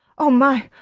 oh, my!